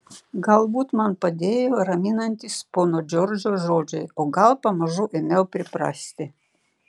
galbūt man padėjo raminantys pono džordžo žodžiai o gal pamažu ėmiau priprasti